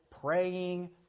praying